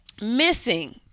Missing